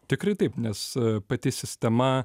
tikrai taip nes pati sistema